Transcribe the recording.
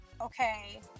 okay